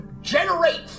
generate